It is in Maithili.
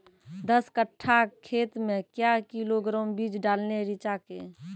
दस कट्ठा खेत मे क्या किलोग्राम बीज डालने रिचा के?